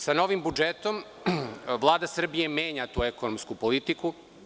Sa novim budžetom Vlada Srbije menja tu ekonomsku politiku.